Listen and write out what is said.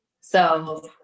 So-